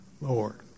Lord